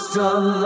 done